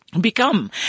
Become